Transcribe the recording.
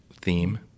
theme